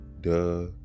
Duh